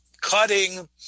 cutting